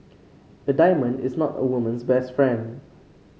a diamond is not a woman's best friend